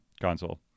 console